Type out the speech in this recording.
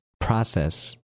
process